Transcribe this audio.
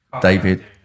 David